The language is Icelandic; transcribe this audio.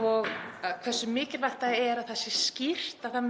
og hversu mikilvægt það er að það sé skýrt að ekki